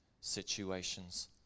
situations